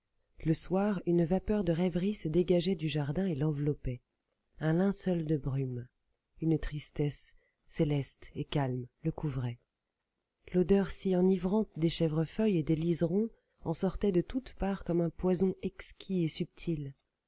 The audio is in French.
le soir une vapeur de rêverie se dégageait du jardin et l'enveloppait un linceul de brume une tristesse céleste et calme le couvraient l'odeur si enivrante des chèvrefeuilles et des liserons en sortait de toute part comme un poison exquis et subtil